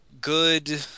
good